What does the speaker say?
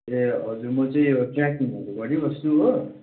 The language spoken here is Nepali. ए हजुर म चाहिँ यो ट्रेकिङहरू गरिबस्छु हो